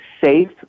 safe